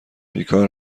بیکار